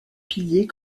pillés